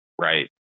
Right